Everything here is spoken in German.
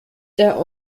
der